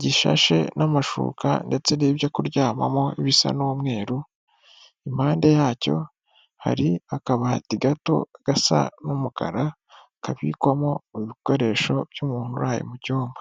gishashe n'amashuka ndetse n'ibyo kuryamamo bisa n'umweru, impande yacyo hari akabati gato gasa n'umukara kabikwamo ibikoresho by'umuntu uraye mu cyumba.